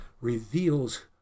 reveals